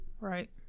right